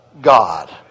God